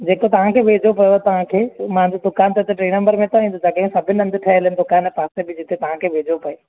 जेको तव्हां खे वेझो पवे तव्हां खे पोइ मुंहिंजी दुकानु त टे नंबर में अथई जॻहि सभिनि हंधि ठहियल आहिनि दुकानु पासे बि जिते तव्हां खे वेझो पए